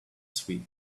sweet